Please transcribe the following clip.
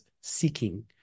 seeking